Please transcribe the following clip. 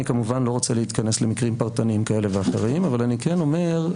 אני כמובן לא רוצה להתכנס למקרים פרטניים כאלה ואחרים אבל אני כן אומר,